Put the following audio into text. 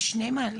יש שני מענים.